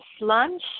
lunch